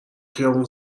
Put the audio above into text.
خیابون